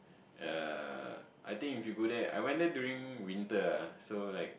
ya I think if you go there I went there during Winter ah so like